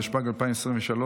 התשפ"ג 2023,